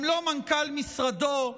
גם לא מנכ"ל משרדו,